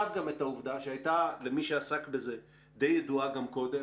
גם את העובדה - שהייתה למי שעסק בזה די ידועה גם קודם